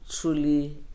truly